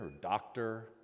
doctor